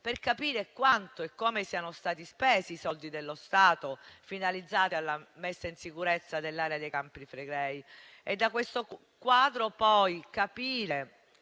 per capire quanto e come siano stati spesi i soldi dello Stato finalizzati alla messa in sicurezza dell'area dei Campi Flegrei e da questo quadro poi capire